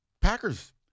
Packers